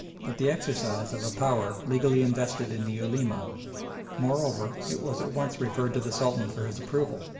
but the exercise of a power legally invested in the ulema moreover it was at once referred to the sultan for his approval,